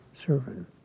servant